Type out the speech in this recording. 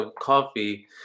coffee